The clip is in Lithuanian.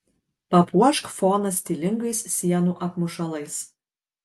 papuošk foną stilingais sienų apmušalais